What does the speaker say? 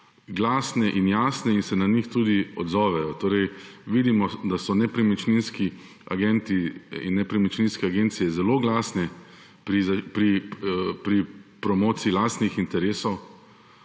glasne in jasne in se na njih tudi odzovejo. Vidimo, da so nepremičninski agenti in nepremičninske agencije zelo glasni pri promociji lastnih interesov,